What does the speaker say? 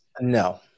No